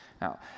Now